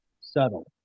subtle